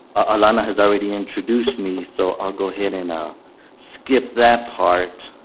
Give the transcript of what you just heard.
alanna has already introduced me, so i'll go ahead and ah skip that part.